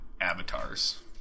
avatars